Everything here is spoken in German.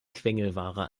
quengelware